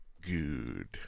Good